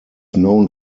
known